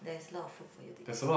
there is a lot of food for you to eat